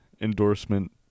endorsement